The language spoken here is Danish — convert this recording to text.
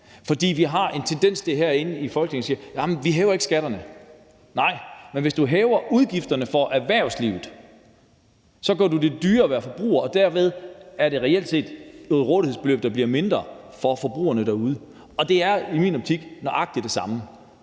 For vi har en tendens til herinde i Folketinget at sige: Vi hæver ikke skatterne. Nej, men hvis du hæver udgifterne for erhvervslivet, gør du det dyrere at være forbruger, og derved er der reelt set et rådighedsbeløb, der bliver mindre for forbrugerne derude, og det er i min optik nøjagtig det samme.